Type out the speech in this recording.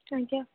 ଆଜ୍ଞା